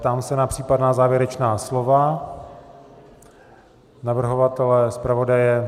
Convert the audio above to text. Ptám se na případná závěrečná slova navrhovatele i zpravodaje.